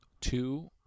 two